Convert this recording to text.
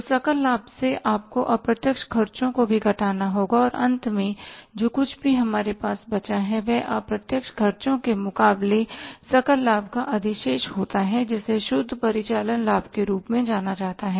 तो सकल लाभ से आपको अप्रत्यक्ष खर्चों को भी घटाना होगा और अंत में जो कुछ भी हमारे पास बचा है वह अप्रत्यक्ष खर्चों के मुकाबले सकल लाभ का अधिशेष होता है जिसे शुद्ध परिचालन लाभ के रूप में जाना जाता है